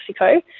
Mexico